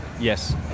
Yes